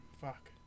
fuck